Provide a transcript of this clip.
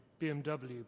bmw